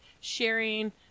sharing